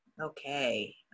okay